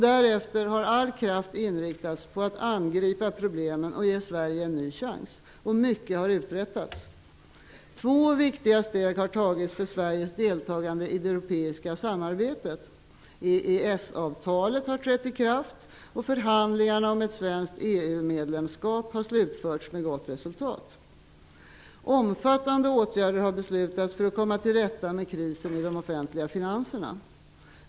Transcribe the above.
Därefter har all kraft inriktats på att angripa problemen och på att ge Sverige en ny chans. Mycket har uträttats. Två viktiga steg har tagits för Sveriges deltagande i det europeiska samarbetet. EES-avtalet har trätt i kraft, och förhandlingarna om ett svenskt EU medlemskap har slutförts med ett gott resultat. Omfattande åtgärder har beslutats för att komma till rätta med krisen i de offentliga finanserna.